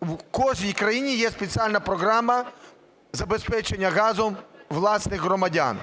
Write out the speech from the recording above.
У кожній країні є спеціальна програма забезпечення газом власних громадян.